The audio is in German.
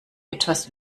etwas